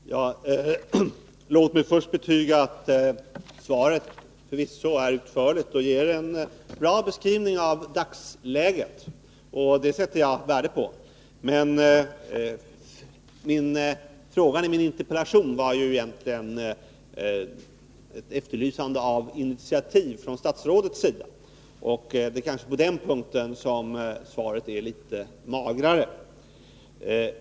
Herr talman! Låt mig först betyga att svaret förvisso är utförligt och ger en bra beskrivning av dagsläget. Det sätter jag värde på. Men i min interpellation efterlyste jag egentligen initiativ från statsrådets sida. Det är kanske på den punkten som svaret är litet magrare.